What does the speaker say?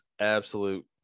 absolute